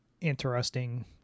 interesting